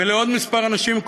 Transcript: ולעוד כמה אנשים,